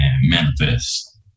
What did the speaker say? Manifest